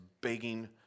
begging